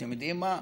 אתם יודעים מה?